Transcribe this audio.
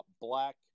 black